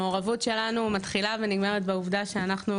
המעורבות שלנו מתחילה ונגמרת בעובדה שאנחנו